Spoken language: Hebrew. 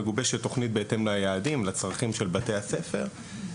מגובשת תכנית בהתאם ליעדים ולצרכים של בתי הספר,